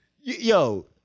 Yo